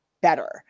better